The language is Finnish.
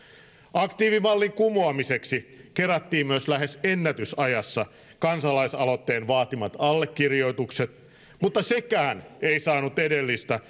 aktiivimallin kumoamiseksi myös kerättiin lähes ennätysajassa kansalaisaloitteen vaatimat allekirjoitukset mutta sekään ei saanut edellistä